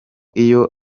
iyo